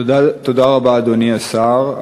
תודה רבה, אדוני השר.